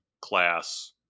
class